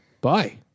bye